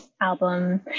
album